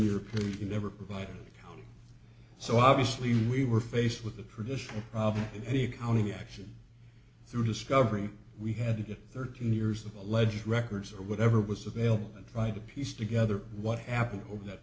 year period never provided so obviously we were faced with the tradition in any county action through discovery we had to get thirteen years of alleged records or whatever was available and try to piece together what happened over that